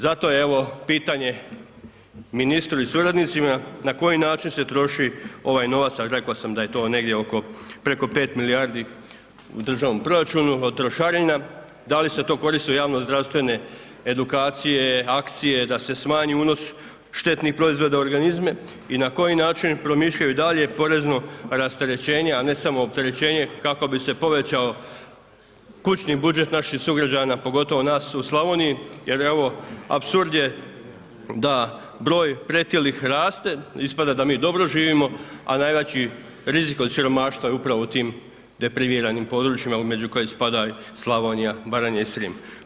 Zato evo pitanje ministru i suradnicima, na koji način se troši ovaj novac, a rekao sam da je to negdje oko preko 5 milijardi u državnom proračunu od trošarina, da li se to koristi u javno-zdravstvene edukacije, akcije da se smanji unos štetnih proizvoda u organizme i na koji način promišljaju, da li je porezno rasterećenje a ne samo opterećenje kako bi se povećao kućni budžet naših sugrađana, pogotovo nas u Slavoniji jer evo, apsurd je da broj pretilih raste, ispada da mi dobro živimo a najveći rizik od siromaštva je upravo u tim depriviranim područjima među koje spada Slavonija, Baranja i Srijem.